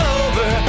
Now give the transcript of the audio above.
over